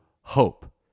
hope